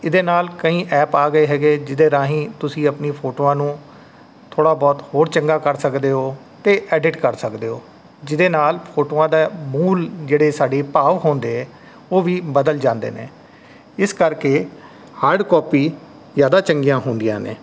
ਇਹਦੇ ਨਾਲ ਕਈ ਐਪ ਆ ਗਏ ਹੈਗੇ ਜਿਹਦੇ ਰਾਹੀਂ ਤੁਸੀਂ ਆਪਣੀ ਫੋਟੋਆਂ ਨੂੰ ਥੋੜ੍ਹਾ ਬਹੁਤ ਹੋਰ ਚੰਗਾ ਕਰ ਸਕਦੇ ਹੋ ਅਤੇ ਐਡਿਟ ਕਰ ਸਕਦੇ ਹੋ ਜੀਹਦੇ ਨਾਲ ਫੋਟੋਆਂ ਦਾ ਮੂਲ ਜਿਹੜੇ ਸਾਡੇ ਭਾਵ ਹੁੰਦੇ ਉਹ ਵੀ ਬਦਲ ਜਾਂਦੇ ਨੇ ਇਸ ਕਰਕੇ ਹਾਰਡ ਕੋਪੀ ਜ਼ਿਆਦਾ ਚੰਗੀਆਂ ਹੁੰਦੀਆਂ ਨੇ